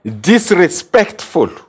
disrespectful